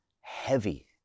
heavy